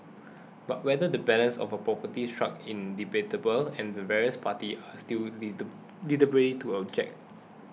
but whether the balance of properly struck is debatable and the various parties are still at liberty to object